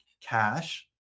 cash